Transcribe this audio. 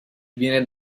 viene